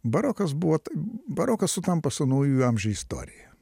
barokas buvo taip barokas sutampa su naujųjų amžių istorija